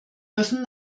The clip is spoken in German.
dürfen